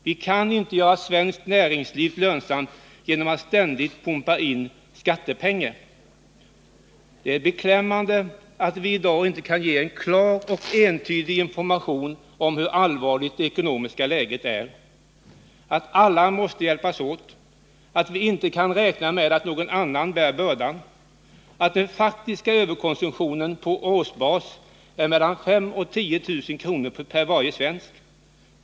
Vi kan inte göra svenskt näringsliv lönsamt genom att ständigt pumpa in skattepengar. Det är beklämmande att vi i dag inte kan ge klar och entydig information om hur allvarligt det ekonomiska läget är, att alla måste hjälpas åt, att vi inte kan räkna med att någon annan bär bördan, att den faktiska överkonsumtionen på årsbas är mellan 5 000 och 10 000 för varje svensk.